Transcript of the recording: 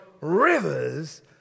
rivers